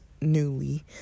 newly